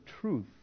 Truth